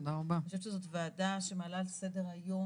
אני חושבת שזו ועדה שמעלה לסדר היום